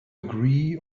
agree